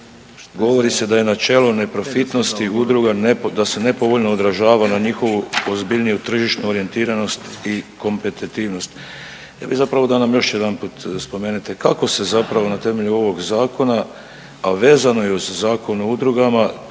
govori se da je načelo neprofitnosti udruga nepo…, da se nepovoljno odražava na njihovu ozbiljniju tržišnu orijentiranost i kompetitivnost. Ja bi zapravo da nam još jedanput spomenete kako se zapravo na temelju ovog zakona, a vezano je uz Zakon o udrugama,